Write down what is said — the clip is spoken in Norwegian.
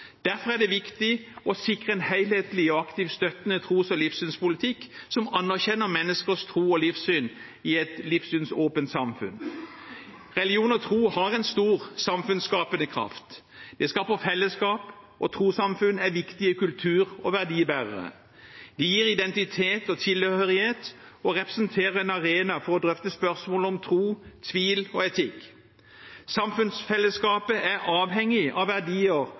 Derfor er det viktig å sikre en helhetlig og aktivt støttende tros- og livssynspolitikk som anerkjenner menneskers tro og livssyn i et livssynsåpent samfunn. Religion og tro har en stor samfunnsskapende kraft. Det skaper fellesskap, og trossamfunn er viktige kultur- og verdibærere. De gir identitet og tilhørighet og representerer en arena for å drøfte spørsmål om tro, tvil og etikk. Samfunnsfellesskapet er avhengig av verdier